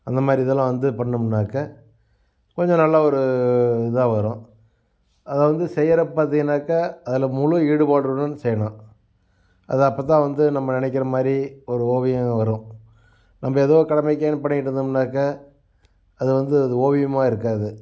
அந்தமாதிரி இதெல்லாம் வந்து பண்ணோம்னாக்கா கொஞ்சம் நல்லா ஒரு இதாக வரும் அதை வந்து செய்கிறப்ப பார்த்திங்கனாக்கா அதில் முழு ஈடுபாடுடன் செய்யணும் அது அப்போதான் வந்து நம்ம நினைக்கிறமாரி ஒரு ஓவியம் வரும் நம்ம ஏதோ கடமைக்கேனு பண்ணிட்டு இருந்தோம்னாக்கா அதுவந்து அது ஓவியமாக இருக்காது